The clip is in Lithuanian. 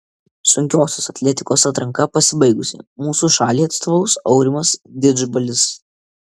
sunkiosios atletikos atranka pasibaigusi mūsų šaliai atstovaus aurimas didžbalis